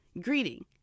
greeting